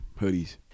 hoodies